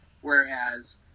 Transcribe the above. whereas